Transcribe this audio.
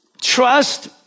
Trust